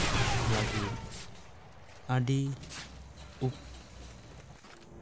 ᱢᱤᱫᱴᱟᱝ ᱟᱛᱳ ᱞᱟᱹᱜᱤᱫ ᱟᱹᱰᱤ ᱩᱯ